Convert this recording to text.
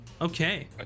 Okay